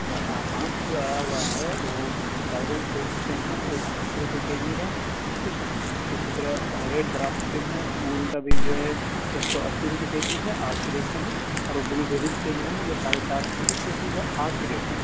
آسام سے جو آیا ہوا ہے وہ ڈارگن فروٹس کے ہیں وہ ڈھائی سو روپئے کے جی ہے ٹھیک ہے اسی طرح ریڈ گراپس کے ہیں وہ ان کا بھی جو ہے ایک سو اسی روپئے کے جی ہے آج کے ریٹ سے ہیں اور وہ بلو بیریز کے جو ہیں یہ ساڑھے چار سو روپئے کے جی ہے آج کے ریٹ میں